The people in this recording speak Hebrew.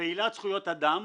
פעילת זכויות אדם.